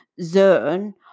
zone